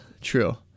true